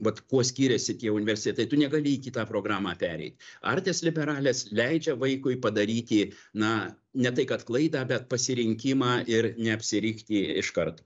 vat kuo skiriasi tie universitetai tu negali į kitą programą pereit artes liberales leidžia vaikui padaryti na ne tai kad klaidą bet pasirinkimą ir neapsirikti iškart